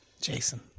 Jason